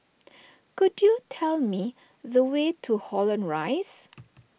could you tell me the way to Holland Rise